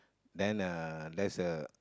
then uh there's a